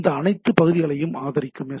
இந்த அனைத்து பகுதிகளையும் ஆதரிக்கும் எஸ்